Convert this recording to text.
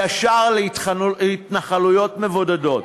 היישר להתנחלויות מבודדות.